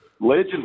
Legend